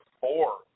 four